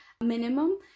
minimum